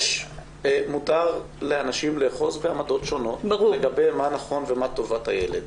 --- מותר לאנשים לאחוז בעמדות שונות לגבי מה שנכון ומהי טובת הילד.